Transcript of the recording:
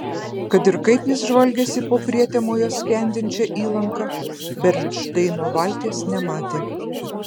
kad ir kaip jis žvalgėsi po prietemoje skendinčią įlanką bernšteino valties nematė